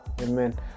Amen